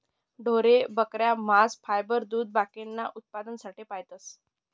ढोरे, बकऱ्या, मांस, फायबर, दूध बाकीना उत्पन्नासाठे पायतस